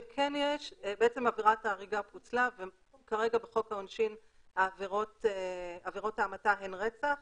בעצם עבירת ההריגה פוצלה וכרגע בחוק העונשין עבירות ההמתה הן רצח,